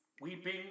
Weeping